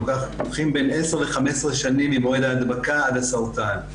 לוקחות בערך בין עשר ל-15 שנים ממועד ההדבקה עד הסרטן.